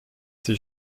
sie